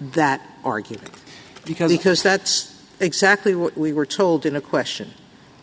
that argument because it has that's exactly what we were told in a question